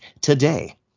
today